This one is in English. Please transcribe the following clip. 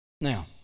Now